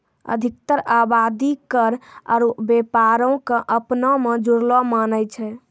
अधिकतर आवादी कर आरु व्यापारो क अपना मे जुड़लो मानै छै